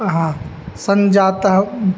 हा सञ्जातः म्